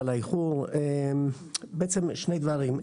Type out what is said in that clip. שני דברים,